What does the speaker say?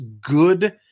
good